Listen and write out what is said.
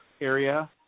area